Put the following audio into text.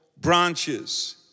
branches